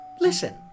listen